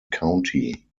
county